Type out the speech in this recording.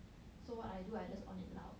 so what I do I just on it loud